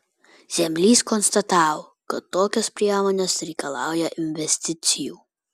zemlys konstatavo kad tokios priemonės reikalauja investicijų